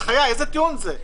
איזה טיעון זה?